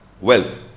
wealth